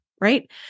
Right